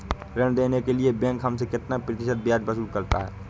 ऋण देने के लिए बैंक हमसे कितना प्रतिशत ब्याज वसूल करता है?